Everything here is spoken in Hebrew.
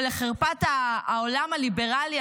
ולחרפת העולם הליברלי,